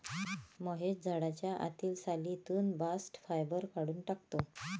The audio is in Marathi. महेश झाडाच्या आतील सालीतून बास्ट फायबर काढून टाकतो